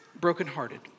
brokenhearted